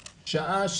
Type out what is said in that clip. שעה,